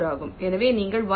எனவே நீங்கள் 1